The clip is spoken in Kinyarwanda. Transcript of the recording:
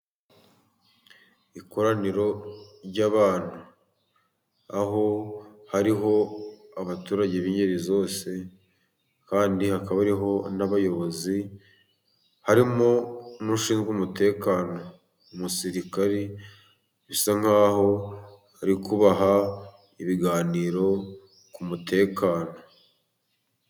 Ikoraniro ry'abantu. Aho hariho abaturage b'ingeri zose, kandi hakaba hariho n'abayobozi, harimo n'ushinzwe umutekano. Umusirikari bisa nk'aho ari kubaha ibiganiro ku mutekano.